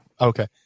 Okay